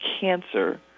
cancer